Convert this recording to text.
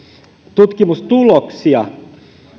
tutkimustuloksia